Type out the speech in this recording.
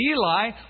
Eli